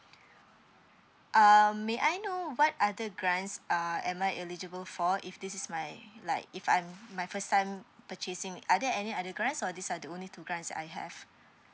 um may I know what other grants uh am I eligible for if this is my like if I'm my first time purchasing are there any other grants or these are the only two grants that I have